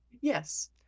Yes